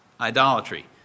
idolatry